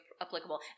applicable